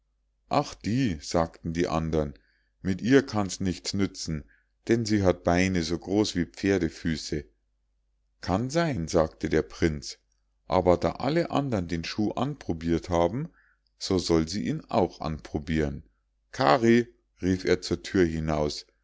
ach die sagten die andern mit ihr kann's nichts nützen denn sie hat beine so groß wie pferdefüße kann sein sagte der prinz aber da alle andern den schuh anprobirt haben so soll sie ihn auch anprobiren kari rief er zur thür hinaus